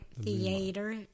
Theater